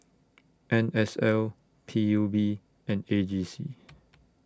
N S L P U B and A G C